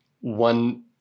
one